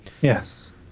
Yes